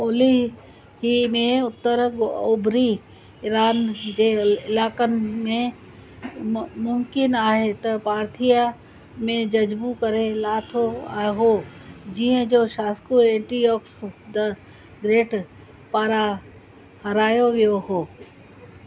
ओलह में उतर ओभिरि ईरान जे इलाइक़नि में मुम्किन आहे त पार्थिया में जज़्बू करे लाथो हो जंहिं जो शासकु एंटिओकस द ग्रेट पारां हारायो वियो हो